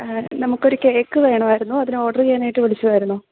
ആഹ് നമുക്ക് ഒരു കേക്ക് വേണമായിരുന്നു അതിന് ഓർഡർ ചെയ്യാനായിട്ട് വിളിക്കുവായിരുന്നു